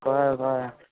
कळें कळें